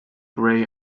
gray